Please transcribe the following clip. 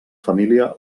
família